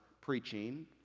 preaching